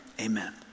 amen